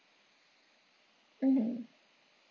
mm